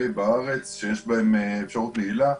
בארץ שיש בהם אפשרות נעילה.